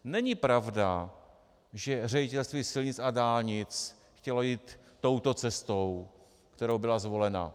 Není pravda, že Ředitelství silnic a dálnic chtělo jít touto cestou, která byla zvolena.